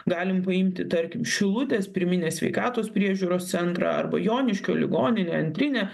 galim paimti tarkim šilutės pirminės sveikatos priežiūros centrą arba joniškio ligoninę antrinę